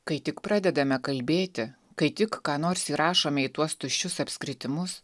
kai tik pradedame kalbėti kai tik ką nors įrašome į tuos tuščius apskritimus